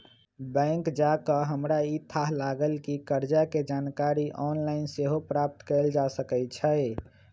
bank जा कऽ हमरा इ थाह लागल कि कर्जा के जानकारी ऑनलाइन सेहो प्राप्त कएल जा सकै छै